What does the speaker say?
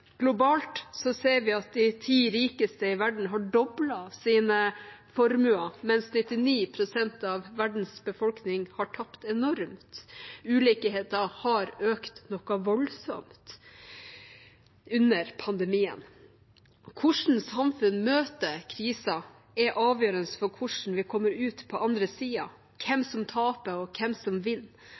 Globalt ser vi at de ti rikeste i verden har doblet sine formuer, mens 99 pst. av verdens befolkning har tapt enormt. Ulikhetene har økt noe voldsomt under pandemien. Hvordan samfunnet møter krisen, er avgjørende for hvordan vi kommer ut på den andre siden, hvem som taper, og hvem som